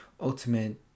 ultimate